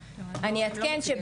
אעדכן.